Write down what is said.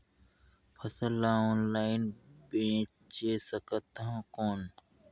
फसल ला ऑनलाइन बेचे सकथव कौन?